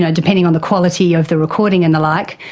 yeah depending on the quality of the recording and the like,